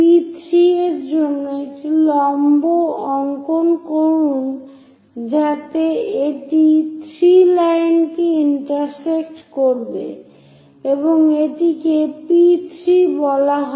P3 এর জন্যও একটি লম্ব অংকন করুন যাতে এটি 3 লাইনকে ইন্টারসেক্ট করবে এবং এটিকে P3 বলা হয়